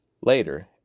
Later